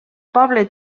poble